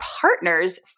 partners